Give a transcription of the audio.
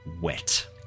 wet